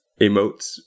emotes